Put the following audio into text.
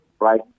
right